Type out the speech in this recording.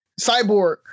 Cyborg